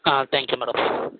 ah thank you madam